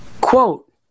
Quote